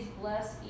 bless